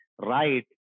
right